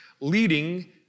leading